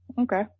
Okay